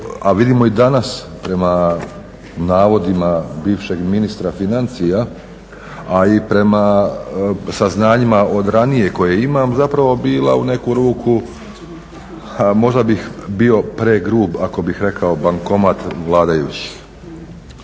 a vidimo i danas prema navodima bivšeg ministra financija, a i prema saznanjima od ranije koje imam zapravo bila u neku ruku, možda bih bio pregrub ako bi rekao bankomat vladajućih,